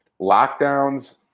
lockdowns